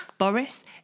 Boris